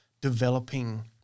developing